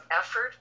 effort